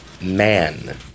man